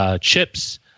chips